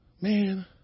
man